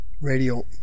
radio